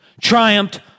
triumphed